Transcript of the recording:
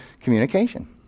communication